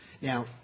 Now